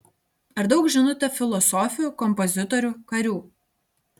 ar daug žinote filosofių kompozitorių karių